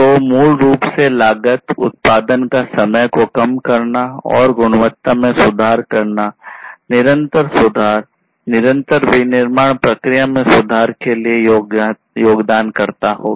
तो मूल रूप से लागत उत्पादन का समय को कम करना और गुणवत्ता में सुधार करना निरंतर सुधार निरंतर विनिर्माण प्रक्रियामें सुधार के लिए योगदानकर्ता होगा